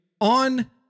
On